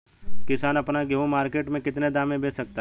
किसान अपना गेहूँ मार्केट में कितने दाम में बेच सकता है?